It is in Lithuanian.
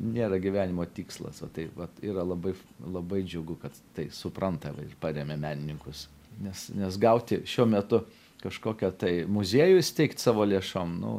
nėra gyvenimo tikslas va taip vat yra labai labai džiugu kad tai suprantam ir paremiam menininkus nes nes gauti šiuo metu kažkokio tai muziejų steigt savo lėšom nu